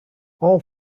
all